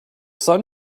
sun